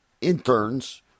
interns